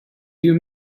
you